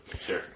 Sure